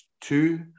two